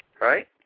right